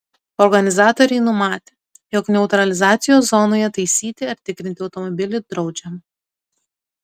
organizatoriai numatę jog neutralizacijos zonoje taisyti ar tikrinti automobilį draudžiama